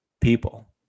people